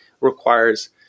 requires